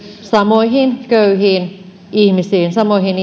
samoihin köyhiin ihmisiin samoihin